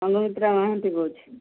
ସଂଘମିତ୍ରା ମହାନ୍ତି କହୁଛି